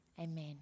amen